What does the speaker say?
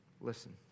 Listen